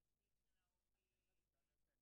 על סדר היום הצעת